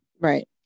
right